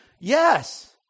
Yes